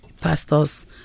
pastor's